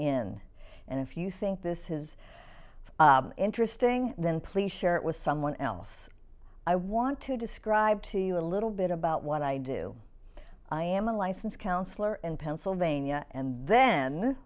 in and if you think this his interesting then please share it with someone else i want to describe to you a little bit about what i do i am a license counsellor and pennsylvania and then